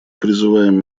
призываем